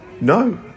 No